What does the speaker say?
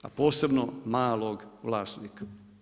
A posebno malog vlasnika.